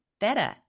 better